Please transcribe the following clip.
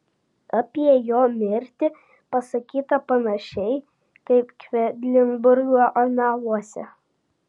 apie jo mirtį pasakyta panašiai kaip kvedlinburgo analuose